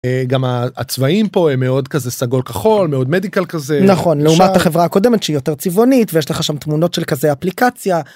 גם הצבעים פה הם מאוד כזה סגול כחול מאוד מדיקל כזה נכון לעומת החברה הקודמת שהיא יותר צבעונית ויש לך שם תמונות של כזה אפליקציה.